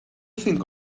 think